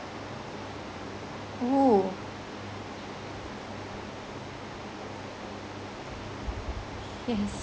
!woo!